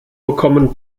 bekommen